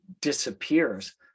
disappears